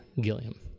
Gilliam